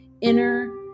inner